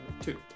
two